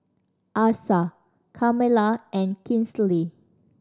Asa Carmela and Kinsley